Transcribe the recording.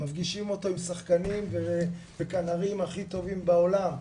מפגישים אותו עם שחקנים וכנרים הכי טובים בעולם,